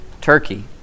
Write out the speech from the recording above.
Turkey